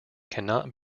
cannot